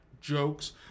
jokes